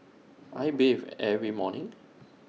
I bathe every morning